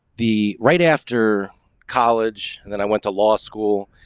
the right after college. and then i went to law school.